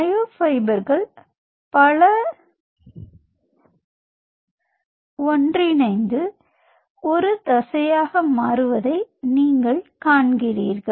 மயோஃபைபர்கள் பல மயோஃபைபர்கள் ஒன்றிணைந்து ஒரு தசையாக மாறுவதை நீங்கள் காண்கிறீர்கள்